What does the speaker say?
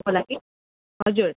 होला कि हजुर